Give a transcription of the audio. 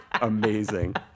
amazing